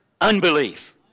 unbelief